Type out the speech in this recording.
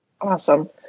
Awesome